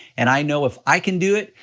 and i know if i can do it,